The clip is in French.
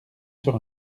sur